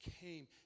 came